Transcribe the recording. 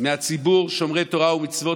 מציבור שומרי התורה והמצוות,